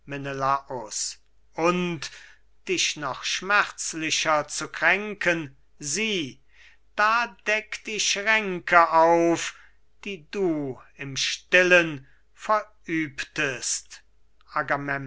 menelaus und dich noch schmerzlichen zu kränken sieh da deckt ich ränke auf die du im stillen verübtest